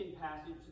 passage